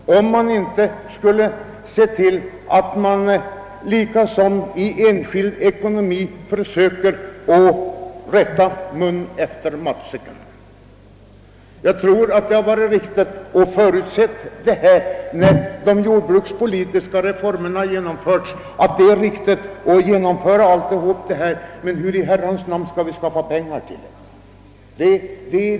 Vi bör nog se till att staten, liksom den enskilde får göra, rättar mun efter matsäcken. Behovet av medel borde ha förutsetts när de jordbrukspolitiska reformerna genomfördes. Det var nog riktigt att genomföra alla dessa reformer, men hur i all världen skall vi skaffa pengar till dem?